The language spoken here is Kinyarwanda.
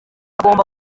agomba